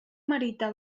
merita